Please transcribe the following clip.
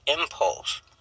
impulse